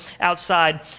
outside